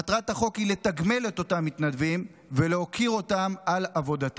מטרת החוק היא לתגמל את אותם מתנדבים ולהוקיר אותם על עבודתם.